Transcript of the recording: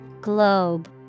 Globe